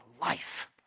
life